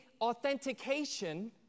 authentication